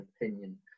opinion